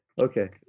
Okay